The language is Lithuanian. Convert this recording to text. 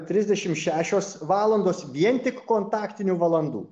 trisdešim šešios vien tik kontaktinių valandų